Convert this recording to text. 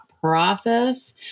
process